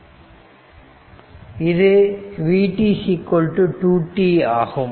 இது vt 2tஆகும்